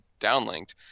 downlinked